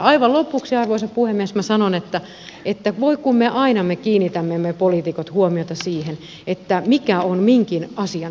aivan lopuksi arvoisa puhemies minä sanon että voi kun me poliitikot aina kiinnitämme huomiota siihen mikä on minkäkin asian hinta